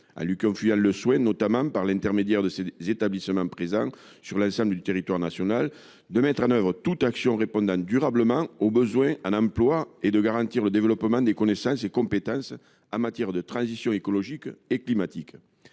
en lui confiant le soin, notamment par l’intermédiaire des établissements présents sur l’ensemble du territoire national, de mettre en œuvre toute action répondant durablement aux besoins en emplois, et de garantir le développement des connaissances et compétences en matière de transitions écologique et climatique.